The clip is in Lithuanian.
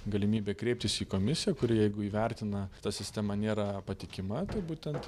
galimybę kreiptis į komisiją kuri jeigu įvertina ta sistema nėra patikima tai būtent